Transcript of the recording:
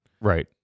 Right